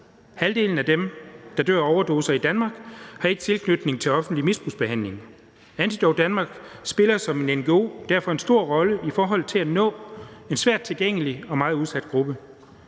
Halvdelen af dem, der dør af overdoser i Danmark, har ikke tilknytning til offentlig misbrugsbehandling. Antidote Danmark spiller som en ngo derfor en stor rolle i forhold til at nå en svært tilgængelig og meget udsat gruppe.